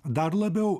dar labiau